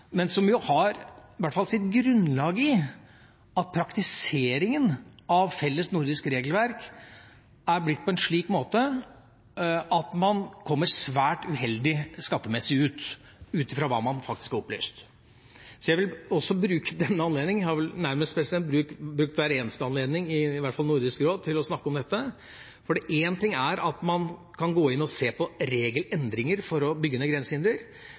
men som jo har i hvert fall sitt grunnlag i at praktiseringa av et felles nordisk regelverk er blitt slik at man kommer svært uheldig ut skattemessig, ut fra hva man faktisk er opplyst. Så jeg vil også bruke denne anledninga – jeg har vel nærmest brukt hver eneste anledning, i hvert fall i Nordisk råd – til å snakke om dette. Én ting er at man kan gå inn og se på regelendringer for å bygge ned